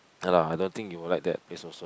ya lah I don't think you will like that place also